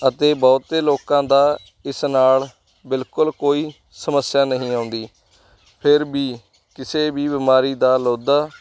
ਅਤੇ ਬਹੁਤੇ ਲੋਕਾਂ ਦੀ ਇਸ ਨਾਲ ਬਿਲਕੁਲ ਕੋਈ ਸਮੱਸਿਆ ਨਹੀਂ ਆਉਂਦੀ ਫਿਰ ਵੀ ਕਿਸੇ ਵੀ ਬਿਮਾਰੀ ਦਾ ਲੋਧਾ